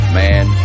man